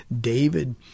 David